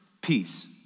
peace